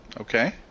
Okay